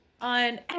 on